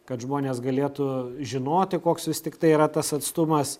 kad žmonės galėtų žinoti koks vis tiktai yra tas atstumas